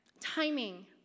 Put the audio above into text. timing